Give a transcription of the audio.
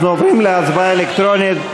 אנחנו עוברים להצבעה אלקטרונית.